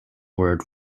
word